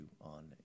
on